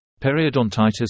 periodontitis